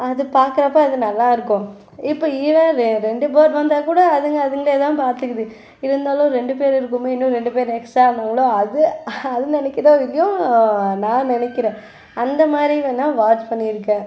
அது பார்க்கறப்ப அது நல்லா இருக்கும் இப்போ இது வேறு ரெண்டு பேர்ட் வந்தால் கூட அதுங்கள் அதுங்களே தான் பார்த்துக்குது இருந்தாலும் ரெண்டு பேர் இருக்கோமே இன்னும் ரெண்டு பேர் எக்ஸ்ட்ரா இருந்தால் கூட அது அது நினக்கிதோ இல்லையோ நான் நினக்கிறேன் அந்த மாதிரி வேணுன்னால் வாட்ச் பண்ணியிருக்கேன்